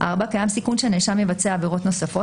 קיים סיכון שהנאשם יבצע עבירות נוספות,